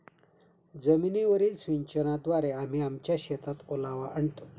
जमीनीवरील सिंचनाद्वारे आम्ही आमच्या शेतात ओलावा आणतो